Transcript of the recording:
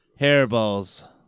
Hairballs